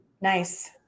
nice